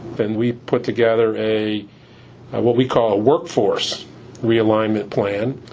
and we put together a what we call a workforce realignment plan.